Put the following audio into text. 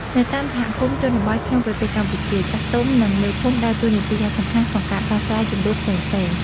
នៅតាមសហគមន៍ជនបទក្នុងប្រទេសកម្ពុជា ចាស់ទុំ និងមេភូមិដើរតួនាទីយ៉ាងសំខាន់ក្នុងការដោះស្រាយជម្លោះផ្សេងៗ។